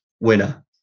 winner